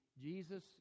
Jesus